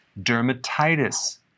Dermatitis